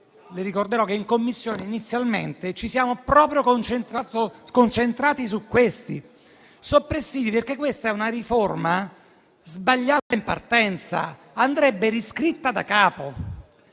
le ricorderò che in Commissione inizialmente ci siamo concentrati proprio su tali emendamenti soppressivi, perché questa è una riforma sbagliata in partenza e andrebbe riscritta da capo.